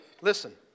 Listen